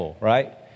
right